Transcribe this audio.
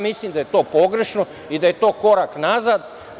Mislim da je to pogrešno i da je to korak nazad.